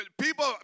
people